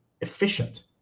efficient